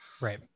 Right